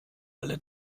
alle